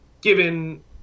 given